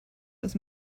was